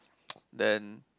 then